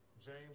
James